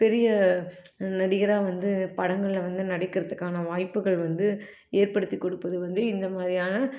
பெரிய நடிகராக வந்து படங்களில் வந்து நடிக்கிறதுக்கான வாய்ப்புகள் வந்து ஏற்படுத்தி கொடுப்பது வந்து இந்த மாதிரியான